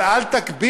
אבל אל תגבילו,